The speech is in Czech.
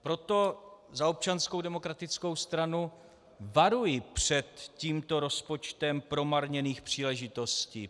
Proto za Občanskou demokratickou stranu varuji před tímto rozpočtem promarněných příležitostí.